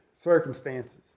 circumstances